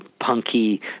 punky